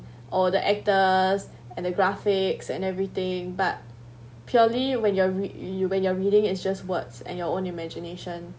all the actors and the graphics and everything but purely when you're re~ you when you're reading is just words and your own imagination